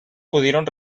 pudieron